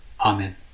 Amen